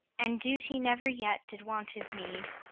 and duty never yet did want his meed.